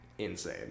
Insane